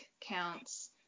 counts